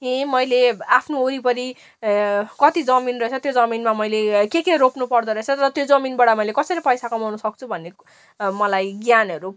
ए मैले आफ्नो वरिपरि कति जमिन रहेछ त्यो जमिनमा मेले के के रोप्नु पर्दो रहेछ र त्यो जमिनबाट मैले कसरी पैसा कमाउनु सक्छु भन्ने मलाई ज्ञानहरू